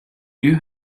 you